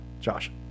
Josh